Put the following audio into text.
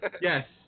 Yes